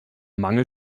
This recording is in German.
mangel